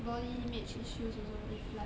body image issues also if like